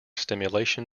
stimulation